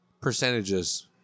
Percentages